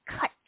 cut